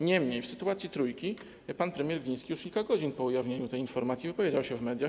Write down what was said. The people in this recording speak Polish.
Niemniej o sytuacji Trójki pan premier Gliński już kilka godzin po ujawnieniu tej informacji wypowiedział się w mediach.